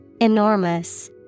Enormous